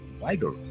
wider